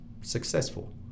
successful